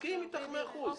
מסכים אתך במאה אחוזים.